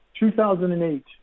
2008